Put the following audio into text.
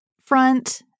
front